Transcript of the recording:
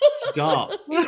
stop